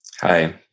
Hi